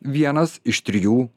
vienas iš trijų